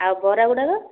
ଆଉ ବରା ଗୁଡ଼ାକ